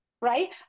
right